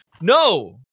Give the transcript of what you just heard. no